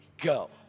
go